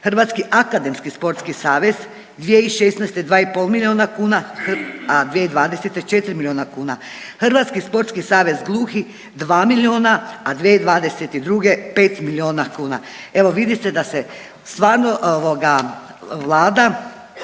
Hrvatski akademski sportski savez 2016. 2 i pol milijuna kuna, a 2020. 4 milijuna kuna. Hrvatski sportski savez gluhih 2 milijuna, a 2022. 5 milijuna kuna. Evo vidi se da se stvarno Vlada